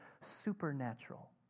supernatural